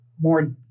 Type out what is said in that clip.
more